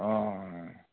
अँ